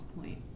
point